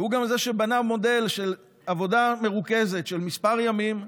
והוא גם בנה מודל של עבודה מרוכזת של כמה ימים,